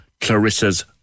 Clarissa's